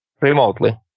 remotely